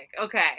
okay